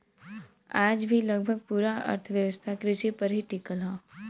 आज भी लगभग पूरा अर्थव्यवस्था कृषि पर ही टिकल हव